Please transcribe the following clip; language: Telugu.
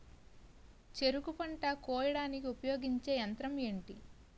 చెరుకు పంట కోయడానికి ఉపయోగించే యంత్రం ఎంటి?